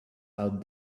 out